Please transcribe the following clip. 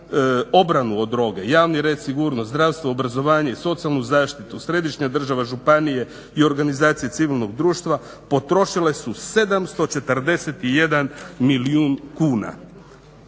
obranu od droge, javni red, sigurnost, zdravstvo, obrazovanje, socijalnu zaštitu, središnja država, županije i organizacije civilnog društva potrošile su 741 milijun kuna.